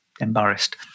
embarrassed